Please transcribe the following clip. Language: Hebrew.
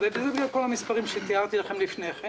בדיוק בגלל כל המספרים שתיארתי לכם לפני כן